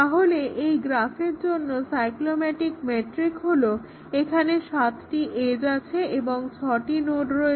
তাহলে এই গ্রাফের জন্য সাইক্রোমেটিক মেট্রিক হলো এখানে সাতটি এজ রয়েছে এবং ছটি নোড রয়েছে